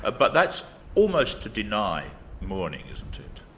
ah but that's almost to deny mourning, isn't it?